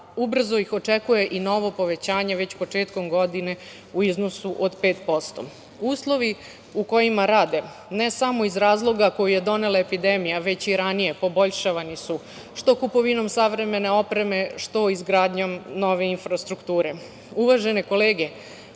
ubrzo ih očekuje i novo povećanje, već početkom godine u iznosu od 5%. Uslovi u kojima rade ne samo iz razloga koji je donela epidemija, već i ranije, poboljšavani su, što kupovinom savremene opreme, što izgradnjom nove infrastrukture. Uvažene kolege,